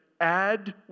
add